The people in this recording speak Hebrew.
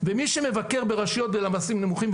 ומי שמבקר ברשויות בלמ"סים נמוכים,